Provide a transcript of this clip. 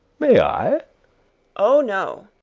may i oh no.